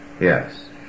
Yes